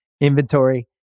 inventory